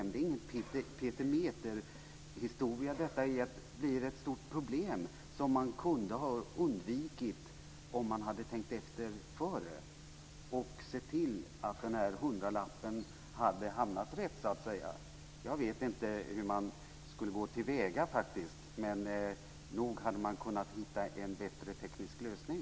Det är ingen petimäterhistoria; detta blir ett stort problem som man kunde ha undvikit om man hade tänkt efter före och sett till att den här hundralappen hade hamnat rätt. Jag vet inte hur man skulle ha gått till väga, men nog hade man kunnat hitta en bättre teknisk lösning.